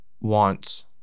wants